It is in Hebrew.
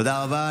תודה רבה.